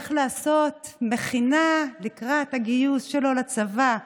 הולך לעשות מכינה לקראת הגיוס שלו לצבא.